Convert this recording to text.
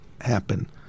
happen